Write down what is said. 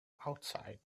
outside